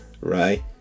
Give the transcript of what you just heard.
right